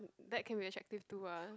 that can be attractive too ah